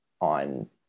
on